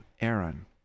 Aaron